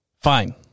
Fine